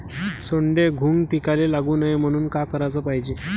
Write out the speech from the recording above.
सोंडे, घुंग पिकाले लागू नये म्हनून का कराच पायजे?